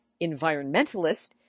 environmentalist